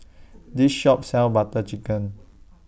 This Shop sells Butter Chicken